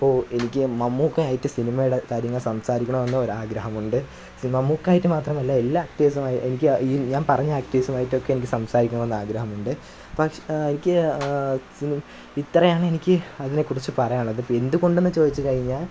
ഇപ്പോൾ എനിക്ക് മമ്മൂക്കയുമായിട്ട് സിനിമയുടെ കാര്യങ്ങൾ സംസാരിക്കണമെന്ന് ഒരാഗ്രഹമുണ്ട് സി മമ്മൂക്കയുമായിട്ട് മാത്രമല്ല എല്ലാ ആക്റ്റേഴ്സുമായി എനിക്ക് ഈ ഞാൻ പറഞ്ഞ ആക്റ്റേഴ്സുമായിട്ടൊക്കെ എനിക്ക് സംസാരിക്കണമെന്ന് ആഗ്രഹമുണ്ട് പക്ഷെ എനിക്ക് ഇത്രയാണ് എനിക്ക് അതിനെ കുറിച്ച് പറയാനുള്ളത് എന്തുകൊണ്ട് എന്ന് ചോദിച്ച് കഴിഞ്ഞാൽ